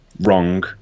Wrong